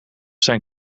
zijn